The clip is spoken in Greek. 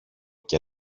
και